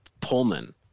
Pullman